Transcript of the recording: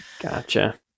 Gotcha